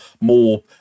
More